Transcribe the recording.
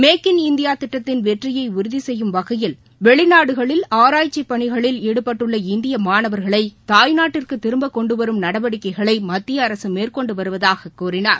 make in India திட்டத்தின் வெற்றியை உறுதி செய்யும் வகையில் வெளிநாடுகளில் ஆராய்ச்சி பணிகளில் ஈடுபட்டுள்ள இந்திய மாணவர்களை தாய்நாட்டிற்கு திரும்ப கொண்டு வரும் நடவடிக்கைகளை மத்திய அரசு மேற்கொண்டு வருவதாக கூறினார்